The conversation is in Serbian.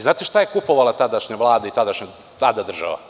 Znate šta je kupovala tadašnja Vlada i tadašnja država?